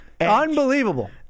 Unbelievable